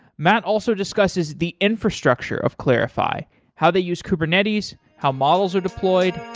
matt also discusses the infrastructure of clarifai how they use kubernetes, how models are deployed,